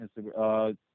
Instagram